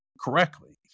correctly